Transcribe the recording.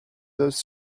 those